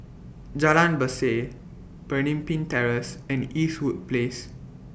Jalan Berseh Pemimpin Terrace and Eastwood Place